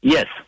Yes